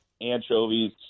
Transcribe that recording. anchovies